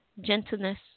gentleness